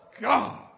God